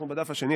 אנחנו בדף השני,